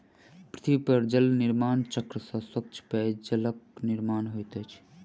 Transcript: पृथ्वी पर जल निर्माण चक्र से स्वच्छ पेयजलक निर्माण होइत अछि